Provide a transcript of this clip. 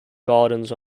gardens